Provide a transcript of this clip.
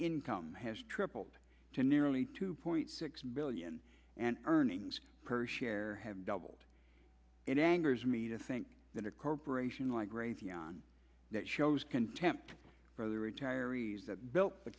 income has tripled to nearly two point six billion and earnings per share have doubled in angers me to think that a corporation like grave yon that shows contempt for the retirees that built